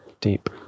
Deep